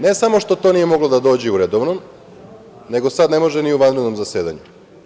Ne samo što to nije moglo da dođe u redovno, nego sada ne može ni u vanredno zasedanje.